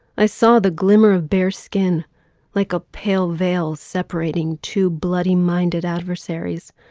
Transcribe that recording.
i saw the glimmer of bare skin like a pale veil separating two bloody minded adversaries.